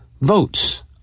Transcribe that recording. votes